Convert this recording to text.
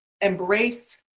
embrace